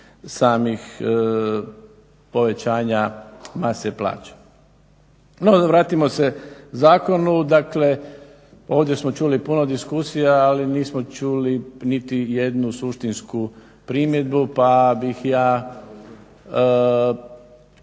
samih povećanja mase plaća. No vratimo se zakonu, dakle ovdje smo čuli puno diskusija ali nismo čuli niti jednu suštinsku primjedbu, pa bih ja